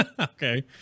Okay